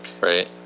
right